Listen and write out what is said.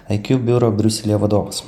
iq biuro briuselyje vadovas